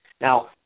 Now